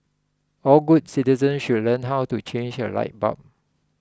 all good citizens should learn how to change a light bulb